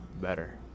better